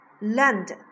land